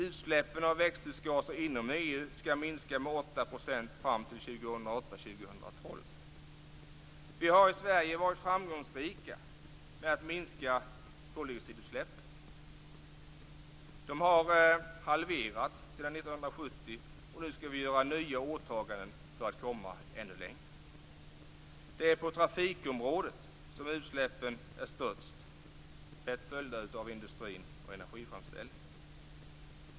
Utsläppen av växthusgaser inom EU skall minska med 8 % fram till 2008-2012. Vi har i Sverige varit framgångsrika med att minska koldioxidutsläppen. De har halverats sedan 1970, och nu skall vi göra nya åtaganden för att komma ännu längre. Det är på trafikområdet som utsläppen är störst, tätt följt av industrins och energiframställningens område.